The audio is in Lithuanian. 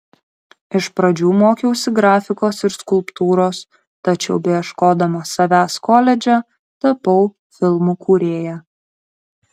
iš pradžių mokiausi grafikos ir skulptūros tačiau beieškodama savęs koledže tapau filmų kūrėja